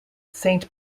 saint